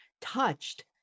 touched